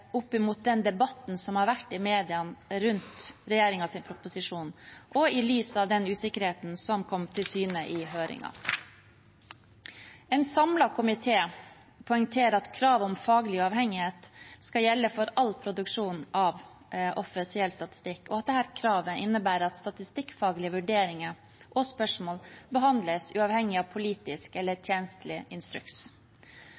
den debatten som har vært i mediene rundt regjeringens proposisjon og i lys av den usikkerheten som kom til syne i høringen. En samlet komité poengterer at kravet om faglig uavhengighet skal gjelde for all produksjon av offisiell statistikk, og at dette kravet innebærer at statistikkfaglige vurderinger og spørsmål behandles uavhengig av politisk eller